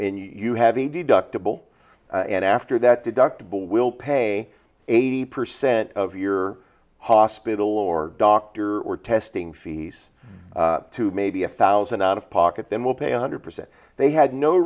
and you have a deductible and after that deductible we'll pay eighty percent of your hospital or doctor or testing fees to maybe a thousand out of pocket then we'll pay a hundred percent they had no